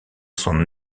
son